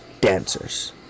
dancers